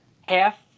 half